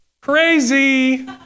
Crazy